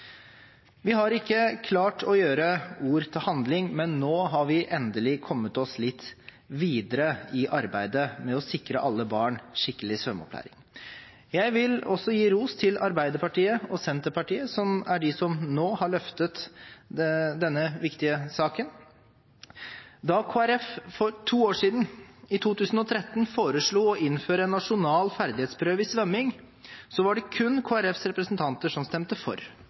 Vi har ikke klart å gjøre ord til handling, men nå har vi endelig kommet oss litt videre i arbeidet med å sikre alle barn skikkelig svømmeopplæring. Jeg vil også gi ros til Arbeiderpartiet og Senterpartiet, som er de som nå har løftet denne viktige saken. Da Kristelig Folkeparti for to år siden, i 2013, foreslo å innføre en nasjonal ferdighetsprøve i svømming, var det kun Kristelig Folkepartis representanter som stemte for.